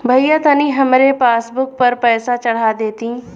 भईया तनि हमरे पासबुक पर पैसा चढ़ा देती